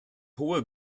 hohe